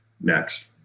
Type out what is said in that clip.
next